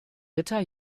ritter